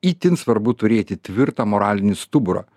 itin svarbu turėti tvirtą moralinį stuburą